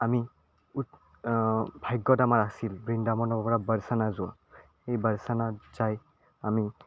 আমি ভাগ্যত আমাৰ আছিল বৃন্দাবনৰ পৰা বাৰচানা যোৱা হেই বাৰচানাত যাই আমি